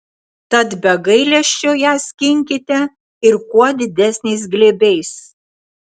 tad be gailesčio ją skinkite ir kuo didesniais glėbiais